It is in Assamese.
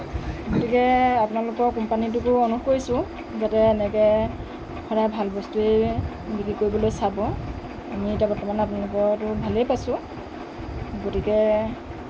গতিকে আপোনালোকৰ কোম্পানীটোকো অনুৰোধ কৰিছোঁ যাতে এনেকৈ সদায় ভাল বস্তুৱেই বিক্ৰী কৰিবলৈ চাব আমি এতিয়া বৰ্তমান আপোনালোকৰতো ভালেই পাইছোঁ গতিকে